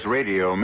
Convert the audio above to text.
Radio